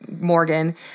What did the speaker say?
Morgan